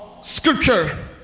scripture